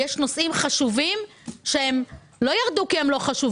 יש נושאים חשובים שירדו לא כי הם לא חשובים